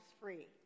free